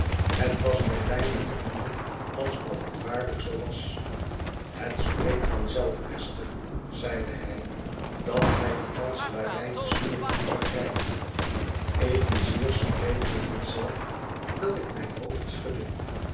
het was mij bijna te moede alsof het waarlijk zoo was het spreekt van zelf esther zeide hij dat gij die kanselarij historie niet begrijpt evenzeer spreekt het van zelf dat ik mijn hoofd schudde